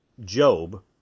Job